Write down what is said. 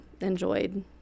enjoyed